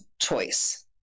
choice